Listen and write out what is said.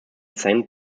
saint